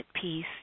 peace